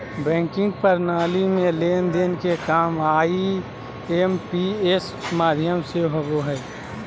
banking प्रणाली में लेन देन के काम आई.एम.पी.एस माध्यम से होबो हय